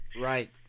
Right